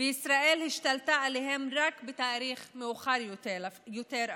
וישראל השתלטה עליהם רק בתאריך מאוחר יותר, אפילו.